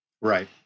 right